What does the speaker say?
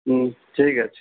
হুম ঠিক আছে